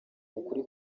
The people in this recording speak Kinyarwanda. ukuri